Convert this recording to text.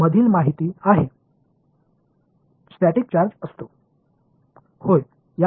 மாணவர் நிலையான சார்ஜ் இருப்பதை நீங்கள் அறிவீர்கள்